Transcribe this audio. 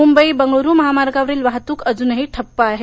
मुंबई बंगळ्रू महामार्गावरील वाहतूक अजूनही ठप्प आहे